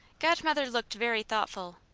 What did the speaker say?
godmother looked very thoughtful,